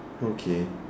okay